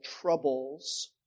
troubles